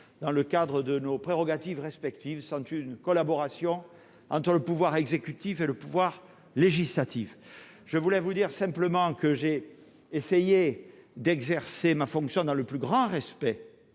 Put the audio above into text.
dans le cadre de nos prérogatives respectives sont une collaboration entre le pouvoir exécutif et le pouvoir législatif, je voulais vous dire simplement que j'ai essayé d'exercer ma fonction dans le plus grand respect